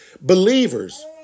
Believers